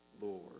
Lord